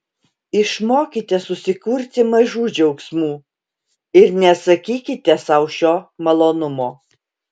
išmokite susikurti mažų džiaugsmų ir neatsakykite sau šio malonumo